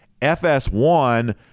FS1